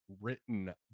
written